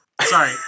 sorry